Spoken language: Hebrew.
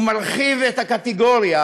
הוא מרחיב את הקטגוריה